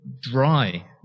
dry